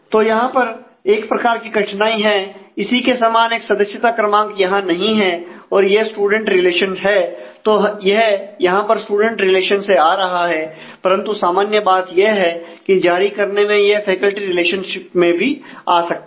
तो यहां पर एक प्रकार की कठिनाई है इसी के समान एक सदस्यता क्रमांक यहां नहीं है और यह स्टूडेंट रिलेशन है तो यह यहां पर स्टूडेंट रिलेशन से आ रहा है परंतु सामान्य बात यह है कि जारी करने में यह फैकल्टी रिलेशन में भी आ सकता है